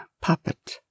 puppet